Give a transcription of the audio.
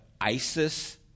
ISIS